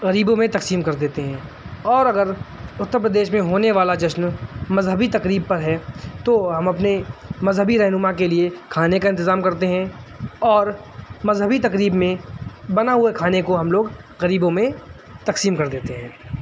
غریبوں میں تقسیم کر دیتے ہیں اور اگر اترپردیش میں ہونے والا جشن مذہبی تقریب پر ہے تو ہم اپنے مذہبی رہنما کے لیے کھانے کا انتظام کرتے ہیں اور مذہبی تقریب میں بنا ہوئے کھانے کو ہم لوگ غریبوں میں تقسیم کر دیتے ہیں